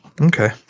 Okay